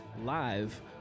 live